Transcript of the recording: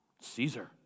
Caesar